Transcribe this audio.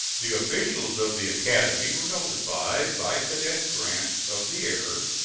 the officials of the academy were notified by cadet grant of the error,